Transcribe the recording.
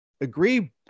agree